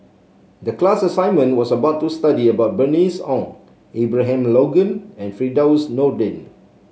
the class assignment was about to study about Bernice Ong Abraham Logan and Firdaus Nordin